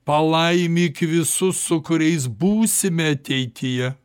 palaimik visus su kuriais būsime ateityje